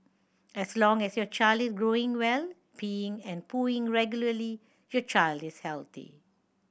as long as your child is growing well peeing and pooing regularly your child is healthy